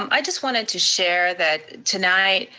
um i just wanted to share that tonight,